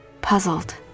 puzzled